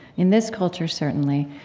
in this culture, certainly,